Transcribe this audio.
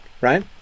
right